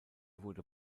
wurde